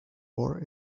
war